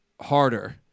harder